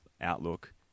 outlook